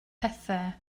pethau